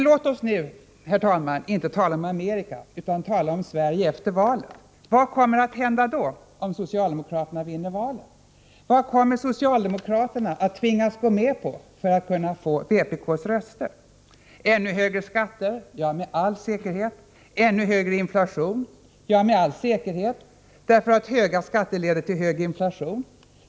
Låt oss nu, herr talman, inte tala om Amerika utan om Sverige efter valet. Vad kommer att hända om socialdemokraterna vinner valet? Vad kommer socialdemokraterna att tvingas gå med på för att kunna få vpk:s röster? Ännu högre skatt? Ja, med all säkerhet. Ännu högre inflation? Ja, med all säkerhet, därför att höga skatter leder till hög inflation.